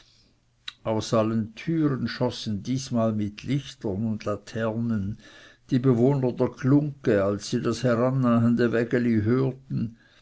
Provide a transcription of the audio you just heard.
aus allen türen schossen diesmal mit lichtern und laternen die bewohner der glungge als sie das herannahende wägeli hörten